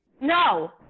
No